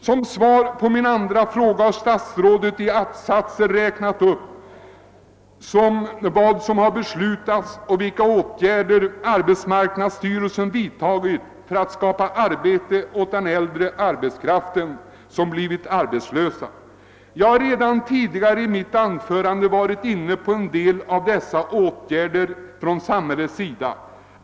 Som svar på min andra fråga har statsrådet i att-satser räknat upp vad som har beslutats och vilka åtgärder arbetsmarknadsstyrelsen har vidtagit för att skapa arbete åt de äldre som blivit arbetslösa. Jag har redan tidigare i mitt anförande berört en del av dessa åtgärder från samhällets sida.